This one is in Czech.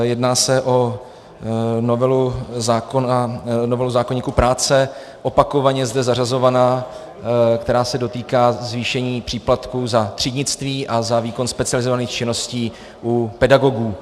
Jedná se o novelu zákoníku práce, opakovaně zde zařazovanou, která se dotýká zvýšení příplatků za třídnictví a za výkon specializovaných činností u pedagogů.